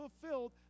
fulfilled